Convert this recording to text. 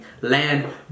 land